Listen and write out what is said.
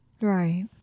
Right